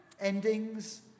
Endings